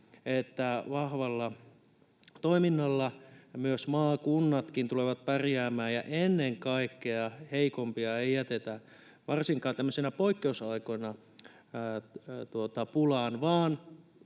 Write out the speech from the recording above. että vahvalla toiminnalla myös maakunnatkin tulevat pärjäämään, ja ennen kaikkea heikompia ei jätetä varsinkaan tämmöisinä poikkeusaikoina pulaan,